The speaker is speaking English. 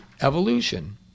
evolution